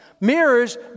Mirrors